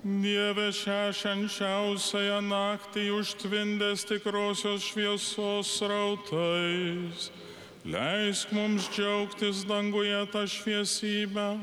dieve šią švenčiausiąją naktį užtvindęs tikrosios šviesos srautais leisk mums džiaugtis danguje ta šviesybe